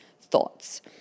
thoughts